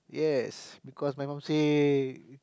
yes because my mum say